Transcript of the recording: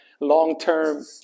long-term